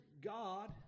God